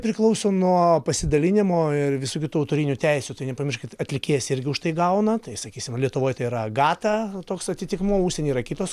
priklauso nuo pasidalinimo ir visų kitų autorinių teisių tai nepamirškit atlikėjas irgi už tai gauna tai sakysim lietuvoj tai yra agata toks atitikmuo užsienyje yra kitos